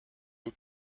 eux